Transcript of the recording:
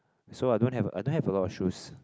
so I don't have I don't have a lot of shoes